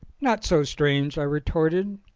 not so strange, i retorted,